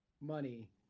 money